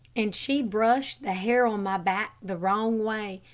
and she brushed the hair on my back the wrong way,